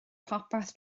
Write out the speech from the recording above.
popeth